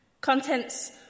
Contents